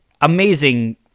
amazing